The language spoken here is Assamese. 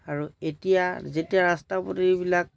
আৰু এতিয়া যেতিয়া ৰাস্তা পদূলিবিলাক